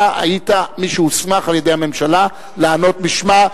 אתה היית מי שהוסמך על-ידי הממשלה לענות בשמה,